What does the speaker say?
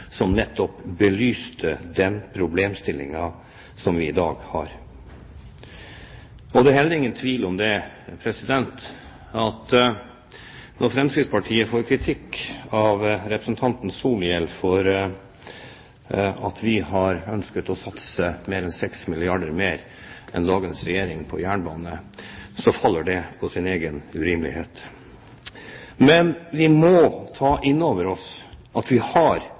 som nettopp belyste den problemstillingen som vi i dag har. Det er heller ingen tvil om at når Fremskrittspartiet får kritikk av representanten Solhjell for at vi har ønsket å satse mer enn 6 milliarder kr mer enn dagens regjering på jernbane, faller det på sin egen urimelighet. Men vi må ta inn over oss at vi har